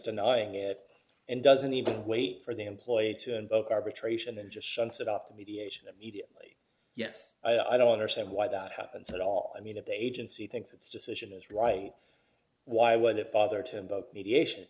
denying it and doesn't even wait for the employer to invoke arbitration and just sunset up the mediation immediately yes i don't understand why that happens at all i mean if the agency thinks its decision is right why would it bother to mediation